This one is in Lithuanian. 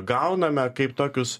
gauname kaip tokius